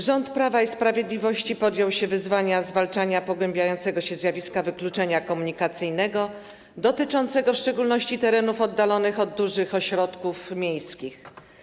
Rząd Prawa i Sprawiedliwości podjął wyzwanie zwalczania pogłębiającego się zjawiska wykluczenia komunikacyjnego, dotyczącego w szczególności terenów oddalonych od dużych ośrodków miejskich.